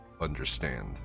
understand